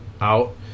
out